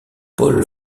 paul